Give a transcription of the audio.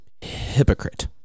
Hypocrite